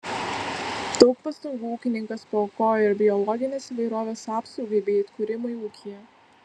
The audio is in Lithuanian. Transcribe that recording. daug pastangų ūkininkas paaukojo ir biologinės įvairovės apsaugai bei atkūrimui ūkyje